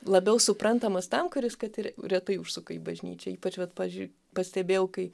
labiau suprantamas tam kuris kad ir retai užsuka į bažnyčią ypač vat pavyzdžiui pastebėjau kai